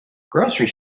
grocery